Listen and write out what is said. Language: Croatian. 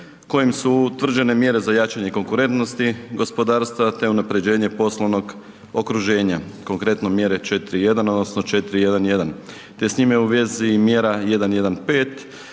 kojim su utvrđene mjere za jačanje konkurentnosti gospodarstva te unapređenje poslovnog okruženja, konkretno mjere 4.1 odnosno 4.1.1. te s time u vezi mjera 1.1.5.